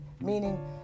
meaning